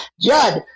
Judd